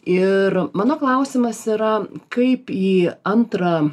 ir mano klausimas yra kaip į antrą